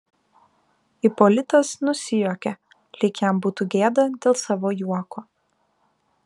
ipolitas nusijuokė lyg jam būtų gėda dėl savo juoko